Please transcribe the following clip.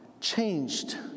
changed